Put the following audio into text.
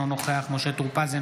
אינו נוכח משה טור פז,